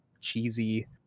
cheesy